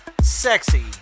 sexy